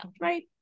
right